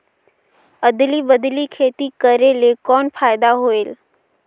अदली बदली खेती करेले कौन फायदा होयल?